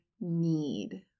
need